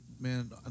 Man